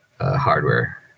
hardware